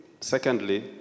secondly